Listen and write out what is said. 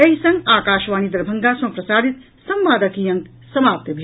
एहि संग आकाशवाणी दरभंगा सँ प्रसारित संवादक ई अंक समाप्त भेल